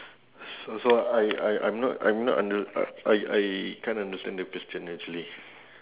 also I I I'm not I'm not under~ I I can't understand the question actually